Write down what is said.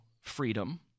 freedom